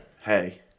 Hey